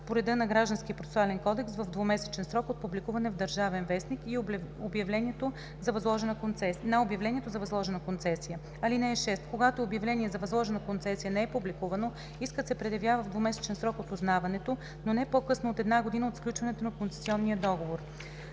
по реда на Гражданския процесуален кодекс в двумесечен срок от публикуване в „Държавен вестник“ на обявлението за възложена концесия. (6) Когато обявление за възложена концесия не е публикувано, искът се предявява в двумесечен срок от узнаването, но не по-късно от една година от сключването на концесионния договор.“